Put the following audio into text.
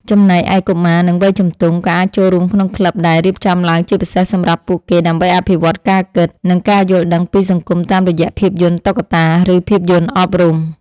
ចំណែកឯកុមារ និងវ័យជំទង់ ក៏អាចចូលរួមក្នុងក្លឹបដែលរៀបចំឡើងជាពិសេសសម្រាប់ពួកគេ ដើម្បីអភិវឌ្ឍការគិត និងការយល់ដឹងពីសង្គមតាមរយៈភាពយន្តតុក្កតា ឬភាពយន្តអប់រំ។